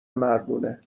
مردونه